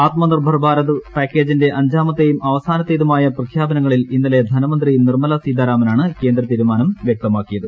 ആത്മ നിർഭർ ഭാരത് പൂർക്ക്ജിന്റെ അഞ്ചാമത്തേതും അവസാനത്തേതുമായ പ്രഖ്യാപനങ്ങളിൽ ഇന്നലെ ധനമന്ത്രി നിർമ്മല സീതാരാമനാണ് കേന്ദ്ര തീരുമാന്ം പ്ല്യക്തമാക്കിയത്